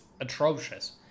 atrocious